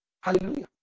hallelujah